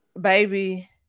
Baby